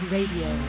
Radio